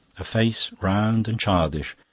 a face, round and childish,